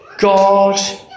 God